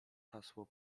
hasło